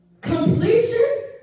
Completion